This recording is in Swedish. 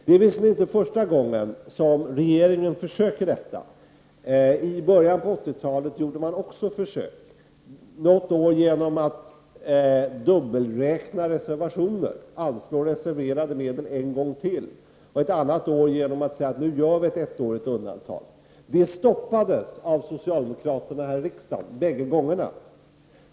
Det är visserligen inte första gången som regeringen försöker detta. I början av 80-talet gjorde man också försök, något år genom att dubbelräkna reservationer, anslå reserverade medel en gång till, och ett annat år genom att säga att nu gör vi ett ettårigt undantag. Det stoppades av socialdemokraterna här i riksdagen bägge gångerna.